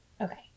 Okay